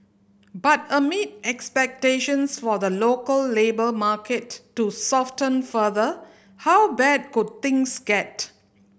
but amid expectations for the local labour market to soften further how bad could things get